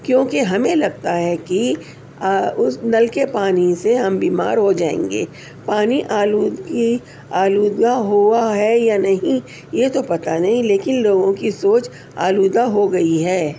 کیونکہ ہمیں لگتا ہے کہ اس نل کے پانی سے ہم بیمار ہو جائیں گے پانی آلودگی آلودہ ہوا ہے یا نہیں یہ تو پتہ نہیں لیکن لوگوں کی سوچ آلودہ ہو گئی ہے